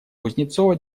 кузнецова